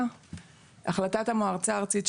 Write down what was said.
החלטת המועצה הארצית,